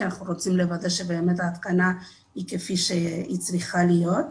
כי אנחנו רוצים לוודא שבאמת ההתקנה היא כפי שהיא צריכה להיות,